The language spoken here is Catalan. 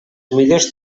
millors